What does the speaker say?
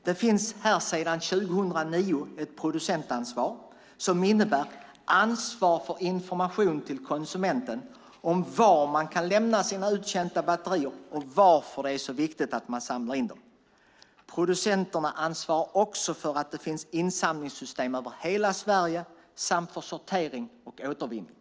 Sedan år 2009 finns här ett producentansvar som innebär ansvar för information till konsumenten om var man kan lämna sina uttjänta batterier och om varför det är så viktigt att samla in dessa. Producenterna ansvarar också för att det finns insamlingssystem över hela Sverige samt för sortering och återvinning.